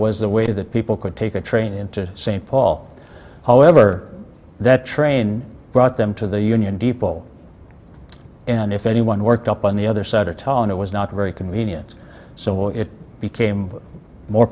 was the way that people could take the train into st paul however that train brought them to the union depot and if anyone worked up on the other side a tall and it was not very convenient so it became more